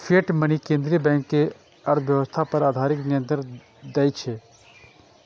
fiat money केंद्रीय bank कें अर्थव्यवस्था पर अधिक नियंत्रण दै छै